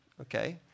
okay